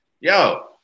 Yo